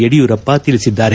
ಯಡಿಯೂರಪ್ಪ ತಿಳಿಸಿದ್ದಾರೆ